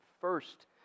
first